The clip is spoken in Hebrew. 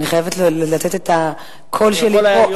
אני חייבת לתת את הקול שלי פה.